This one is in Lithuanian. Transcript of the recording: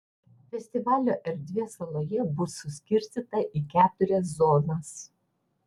festivalio erdvė saloje bus suskirstyta į keturias zonas